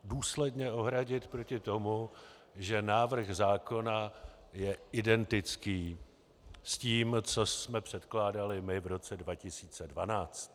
Důsledně ohradit proti tomu, že návrh zákona je identický s tím, co jsme předkládali my v roce 2012.